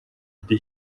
ndi